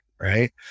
Right